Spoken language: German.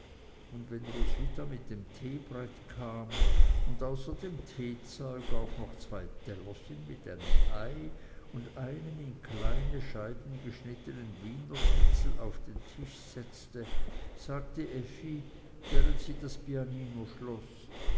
und wenn roswitha mit dem teebrett kam und außer dem teezeug auch noch zwei tellerchen mit einem ei und einem in kleine scheiben geschnittenen wiener schnitzel auf den tisch setzte sagte effi während sie das piano schloß